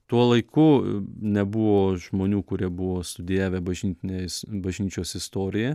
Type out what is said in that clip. tuo laiku nebuvo žmonių kurie buvo studijavę bažnytinės bažnyčios istoriją